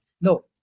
no